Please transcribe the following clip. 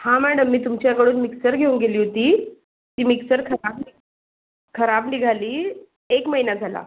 हां मॅडम मी तुमच्याकडून मिक्सर घेऊन गेली होती ती मिक्सर खराब नि खराब निघाली एक महिना झाला